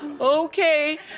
okay